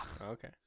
Okay